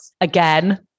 again